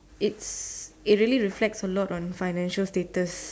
it's it really reflects a lot on financial status